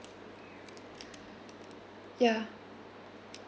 ya